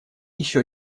еще